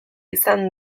izan